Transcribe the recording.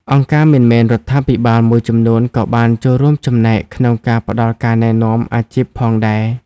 អង្គការមិនមែនរដ្ឋាភិបាលមួយចំនួនក៏បានចូលរួមចំណែកក្នុងការផ្តល់ការណែនាំអាជីពផងដែរ។